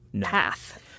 path